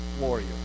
warrior